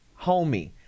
homie